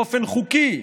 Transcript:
באופן חוקי,